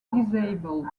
disabled